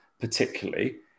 particularly